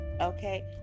Okay